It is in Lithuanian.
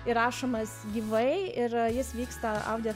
įrašomas gyvai ir jis vyksta audio